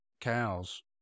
cows